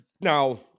now